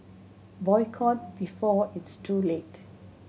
boycott before it's too late